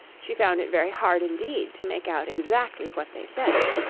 she found it very hard indeed to make out exactly what they said.